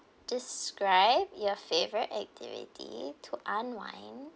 describe your favourite activity to unwind